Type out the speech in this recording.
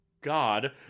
God